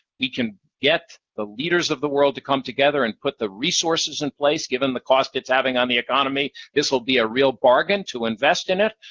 we can get the leaders of the world to come together and put the resources in place. given the cost it's having on the economy, this will be a real bargain to invest in it.